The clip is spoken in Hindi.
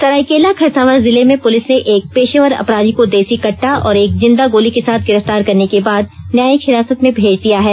सरायकेला खरसावां जिले में पुलिस ने एक पेशेवर अपराधी को देसी कट्टा और एक जिंदा गोली के साथ गिरफ्तार करने के बाद न्यायिक हिरासत में भेज दिया है